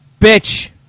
bitch